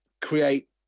create